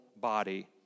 body